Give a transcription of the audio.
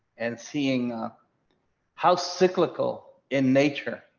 and seeing how cyclical in nature